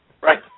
Right